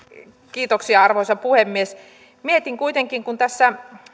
kiitoksia arvoisa puhemies mietin kuitenkin kun tässä